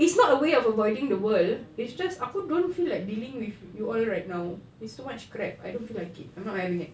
it's not a way of avoiding the world it's just aku don't feel like dealing with you all right now it's too much crap I don't feel like it I'm not having it